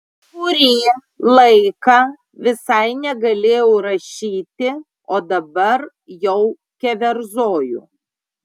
kurį laiką visai negalėjau rašyti o dabar jau keverzoju